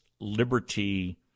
liberty